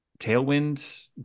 tailwind